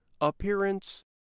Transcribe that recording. appearance